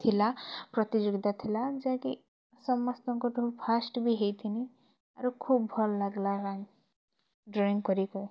ଥିଲା ପ୍ରତିଯୋଗିତା ଥିଲା ଯାହା କି ସମସ୍ତଙ୍କଠୁ ଫାଷ୍ଟ୍ ବି ହେଇଥିନି ଆରୁ ଖୁବ୍ ଭଲ୍ ଲାଗ୍ଲା ଡ୍ରଇଙ୍ଗ୍ କରିକି